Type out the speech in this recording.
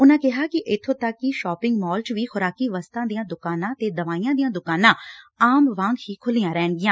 ਉਨਾਂ ਕਿਹਾ ਕਿ ਇਥੋਂ ਤੱਕ ਕਿ ਸਾਪਿੰਗ ਮਾਲ ਚ ਵੀ ਖੁਰਾਕੀ ਵਸਤਾਂ ਦੀਆਂ ਦੁਕਾਨਾਂ ਤੇ ਦਵਾਈਆਂ ਦੀਆਂ ਦੁਕਾਨਾਂ ਆਮ ਵਾਂਗ ਖੁੱਲ੍ਹੀਆਂ ਰਹਿਣਗੀਆਂ